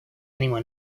anyone